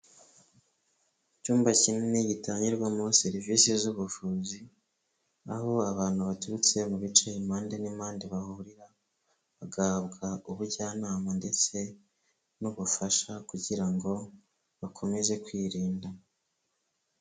Icyumba kinini gitangirwamo serivisi z'ubuvuzi, aho abantu baturutse mu bice impande n'impande bahurira bagahabwa ubujyanama ndetse n'ubufasha kugira ngo bakomeze kwirinda.